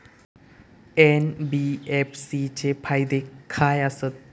NBFC चे फायदे खाय आसत?